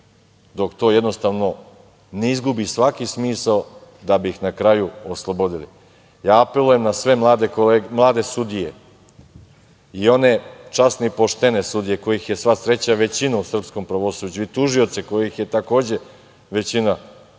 dok to jednostavno ne izgubi svaki smisao, da bi ih na kraju oslobodili. Ja apelujem na sve mlade sudije i one časne i poštene sudije, kojih je sva sreća većina u srpskom pravosuđu, i tužioce, kojih je, takođe, većina u srpskom tužilaštvu,